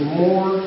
more